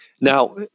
Now